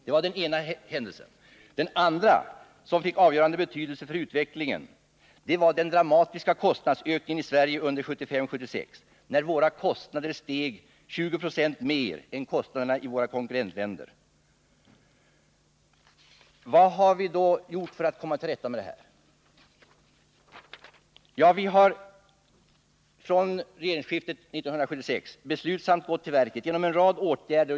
Den andra händelse som fick avgörande betydelse för utvecklingen var den dramatiska kostnadsökningen i Sverige 1975-1976, då våra kostnader steg 20 20 mer än kostnaderna i våra konkurrentländer. Ja, vi har från regeringsskiftet 1976 beslutsamt gått till verket genom en rad åtgärder.